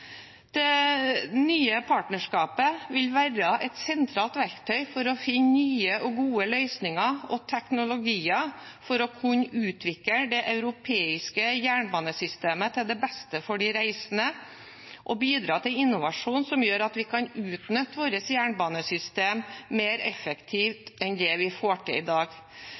Det nye partnerskapet vil være et sentralt verktøy for å finne nye og gode løsninger og teknologier for å kunne utvikle det europeiske jernbanesystemet til beste for de reisende og bidra til innovasjon som gjør at vi kan utnytte vårt jernbanesystem mer effektivt enn det vi får til i dag.